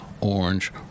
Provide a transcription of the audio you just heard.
Orange